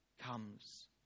comes